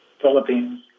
Philippines